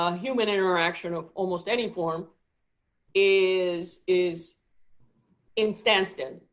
um human interaction of almost any form is is in standstill.